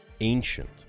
Ancient